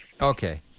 Okay